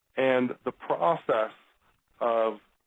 and the process of